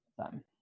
time